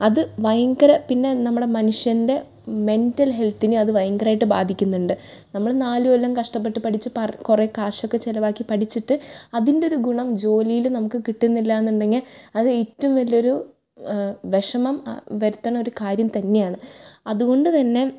അത് ഭയങ്കര പിന്നെ നമ്മുടെ മനുഷ്യൻ്റെ മെൻറ്റൽ ഹെൽത്തിനെ അത് ഭയങ്കരമായിട്ട് ബാധിക്കുന്നുണ്ട് നമ്മള് നാല് കൊല്ലം കഷ്ടപ്പെട്ട് പഠിച്ച് കുറെ കാശൊക്കെ ചെലവാക്കി പഠിച്ചിട്ട് അതിൻ്റെരു ഗുണം ജോലിയിൽ നമുക്ക് കിട്ടുന്നില്ലാ എന്നുണ്ടെങ്കിൽ അത് ഏറ്റവും വലിയൊരു വിഷമം വരുത്തുന്ന ഒരു കാര്യം തന്നെയാണ് അതുകൊണ്ട് തന്നെ